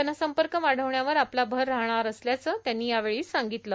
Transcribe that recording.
जनसंपर्क वाढवण्यावर आपला भर राहणार असल्याचं ही त्यांनी यावेळी सांगितलं